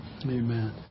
Amen